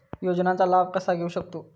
योजनांचा लाभ कसा घेऊ शकतू?